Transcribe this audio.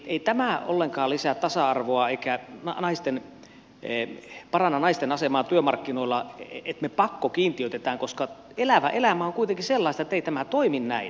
ei tämä ollenkaan lisää tasa arvoa eikä paranna naisten asemaa työmarkkinoilla että me pakkokiintiöitämme koska elävä elämä on kuitenkin sellaista että ei tämä toimi näin